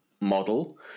model